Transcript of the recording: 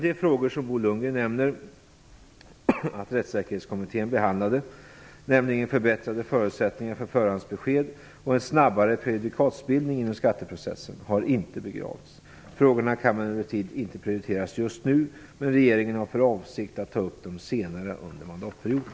De frågor som Bo Lundgren nämner att Rättssäkerhetskommittén behandlade, nämligen förbättrade förutsättningar för förhandsbesked och en snabbare prejudikatbildning inom skatteprocessen, har inte begravts. Frågorna kan emellertid inte prioriteras just nu, men regeringen har för avsikt att ta upp dem senare under mandatperioden.